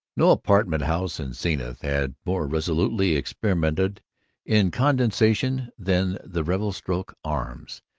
no apartment-house in zenith had more resolutely experimented in condensation than the revelstoke arms,